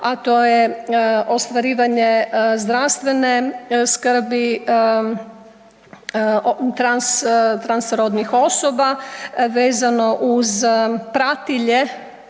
a to je ostvarivanje zdravstvene skrbi transrodnih osoba vezano uz pratilje